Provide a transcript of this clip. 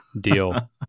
Deal